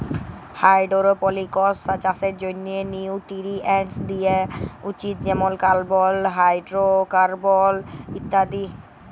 hydroponics চাষের জ্যনহে nutrients দিয়া উচিত যেমল কার্বল, হাইডোরোকার্বল ইত্যাদি